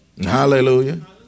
Hallelujah